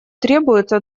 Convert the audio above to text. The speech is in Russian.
требуется